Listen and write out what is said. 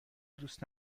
دوست